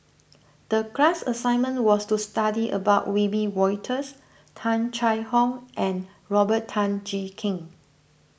the class assignment was to study about Wiebe Wolters Tung Chye Hong and Robert Tan Jee Keng